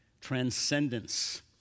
Transcendence